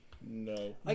No